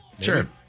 Sure